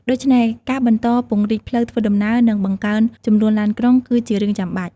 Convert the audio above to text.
ដូច្នេះ ការបន្តពង្រីកផ្លូវធ្វើដំណើរ និងបង្កើនចំនួនឡានក្រុង គឺជារឿងចាំបាច់។